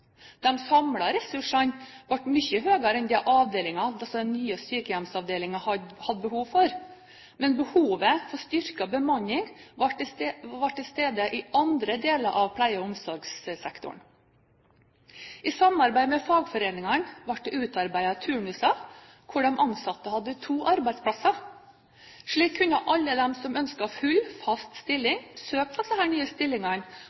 ressursene ble mye høyere enn det avdelingen på det nye sykehjemmet hadde behov for. Men behovet for styrket bemanning var til stede i andre deler av pleie- og omsorgssektoren. I samarbeid med fagforeningene ble det utarbeidet turnuser hvor de ansatte hadde to arbeidsplasser. Slik kunne alle de som ønsket full fast stilling, søke på disse nye stillingene